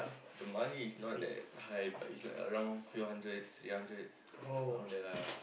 the money is not that high but it's like around few hundreds three hundreds around there lah